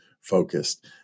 focused